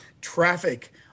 traffic